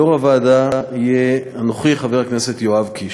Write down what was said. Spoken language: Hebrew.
יו"ר הוועדה יהיה אנוכי, חבר הכנסת יואב קיש.